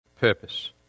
purpose